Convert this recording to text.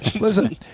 Listen